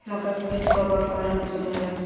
मका के खेती कब ओर कवना मौसम में होला?